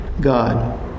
God